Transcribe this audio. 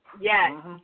Yes